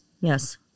yes